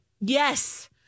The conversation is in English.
Yes